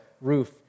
roof